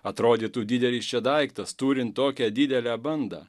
atrodytų didelis čia daiktas turint tokią didelę bandą